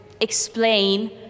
explain